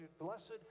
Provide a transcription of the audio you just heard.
blessed